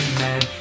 man